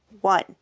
one